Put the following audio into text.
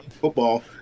football